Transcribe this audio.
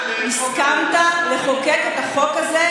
הסכמת לחוקק את החוק הזה,